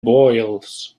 boils